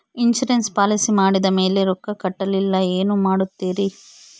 Insurance policy ಮಾಡಿದ ಮೇಲೆ ರೊಕ್ಕ ಕಟ್ಟಲಿಲ್ಲ ಏನು ಮಾಡುತ್ತೇರಿ?